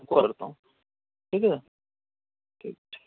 کال کرتا ہوں ٹھیک ہے ٹھیک ٹھیک